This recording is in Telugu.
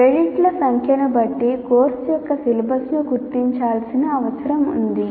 క్రెడిట్ల సంఖ్యను బట్టి కోర్సు యొక్క సిలబస్ను గుర్తించాల్సిన అవసరం ఉంది